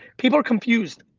people are confused.